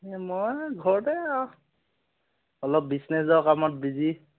মই ঘৰতে আৰু অলপ বিচনেজৰ কামত বিজি